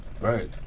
Right